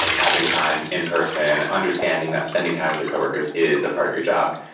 having time in person, understanding that spending time with your coworkers is a part of your job.